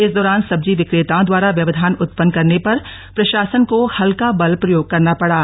इस दौरान सब्जी विक्रेताओं द्वारा व्यवधान उत्पन्न करने पर प्रशासन को हल्का बल प्रयोग करना पड़ा